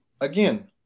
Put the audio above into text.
again